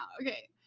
Okay